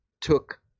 took